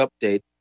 update